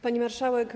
Pani Marszałek!